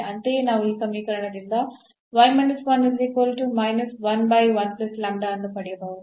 ಅಂತೆಯೇ ನಾವು ಈ ಸಮೀಕರಣದಿಂದ ಅನ್ನು ಪಡೆಯಬಹುದು